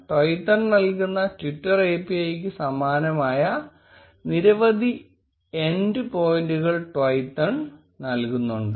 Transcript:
Twython നൽകുന്ന twitter API ക്ക് സമാനമായ നിരവധി എൻഡ് പോയിന്റുകൾ Twython നൽകുന്നുണ്ട്